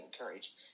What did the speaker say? encourage